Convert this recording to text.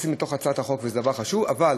נכנסות לתוך הצעת החוק, וזה דבר חשוב, אבל